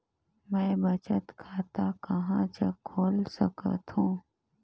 मैं बचत खाता कहां जग खोल सकत हों?